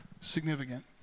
significant